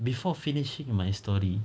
before finishing my story